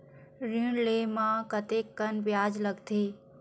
ऋण ले म कतेकन ब्याज लगथे?